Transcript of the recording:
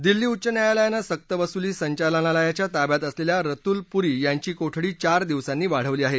दिल्ली उच्च न्यायालयानं सक्तवसुली संचालनालयाच्या ताब्यात असलेल्या रतुल पुरी याची कोठडी चार दिवसांनी वाढवली आहे